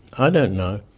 i don't know.